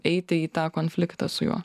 eiti į tą konfliktą su juo